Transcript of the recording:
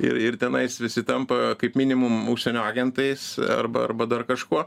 ir ir tenais visi tampa kaip minimum užsienio agentais arba arba dar kažkuo